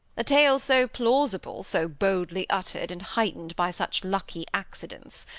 a tale so plausible, so boldly utter'd. and heightned by such lucky accidents,